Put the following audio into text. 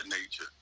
nature